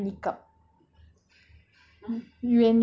a'ah especially especially if you wear niqab